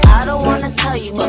i don't wanna tell you but